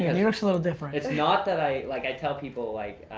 yeah new york's a little different. it's not that i, like i tell people like,